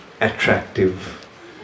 attractive